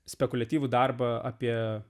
spekuliatyvų darbą apie